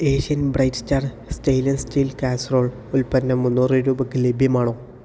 Asian bright star stainless steel casserole ഉൽപ്പന്നം മുന്നൂറ് രൂപയ്ക്ക് ലഭ്യമാണോ